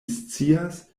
scias